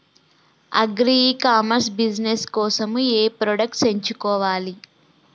Agri e commerce business కోసము ఏ products ఎంచుకోవాలి?